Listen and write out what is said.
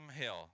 hill